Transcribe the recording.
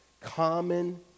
common